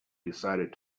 decided